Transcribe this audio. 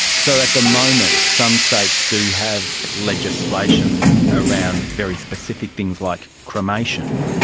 so at the moment some states do have legislation around very specific things like cremation,